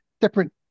different